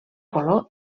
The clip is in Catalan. color